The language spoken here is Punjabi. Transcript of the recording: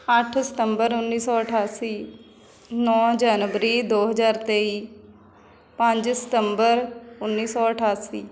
ਅੱਠ ਸਤੰਬਰ ਉੱਨੀ ਸੌ ਅਠਾਸੀ ਨੌ ਜਨਵਰੀ ਦੋ ਹਜ਼ਾਰ ਤੇਈ ਪੰਜ ਸਤੰਬਰ ਉੱਨੀ ਸੌ ਅਠਾਸੀ